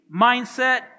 mindset